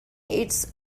its